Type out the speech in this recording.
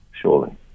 surely